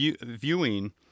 viewing